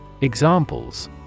Examples